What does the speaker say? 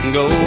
go